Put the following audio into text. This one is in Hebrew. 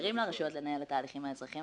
מאפשרים לרשויות לנהל את ההליכים האזרחיים,